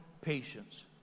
patience